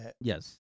Yes